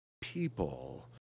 people